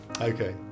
okay